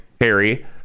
Harry